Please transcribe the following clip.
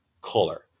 color